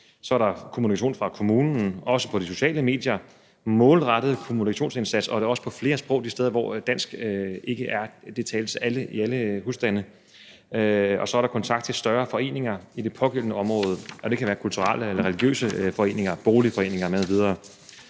Så er der kommunikation fra kommunen, også på de sociale medier, en målrettet kommunikationsindsats, og det er også på flere sprog de steder, hvor dansk ikke tales i alle husstande. Og så er der kontakt til større foreninger i det pågældende område, og det kan være kulturelle eller religiøse foreninger, boligforeninger m.v. Og så er